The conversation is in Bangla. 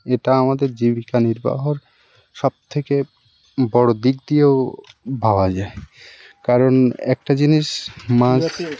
এটা আমাদের জীবিকা নির্বাহর সবথেকে বড় দিক দিয়েও ভাবা যায় কারণ একটা জিনিস মাছ